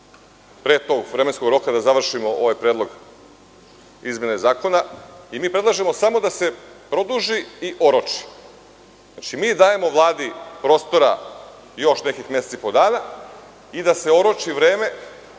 pre tog vremenskog roka da završimo ovaj predlog izmene Zakona. Mi predlažemo samo da se produži i oroči. Znači, mi dajemo Vladi prostora još nekih mesec i po dana da se oroči vreme